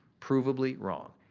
provably wrong.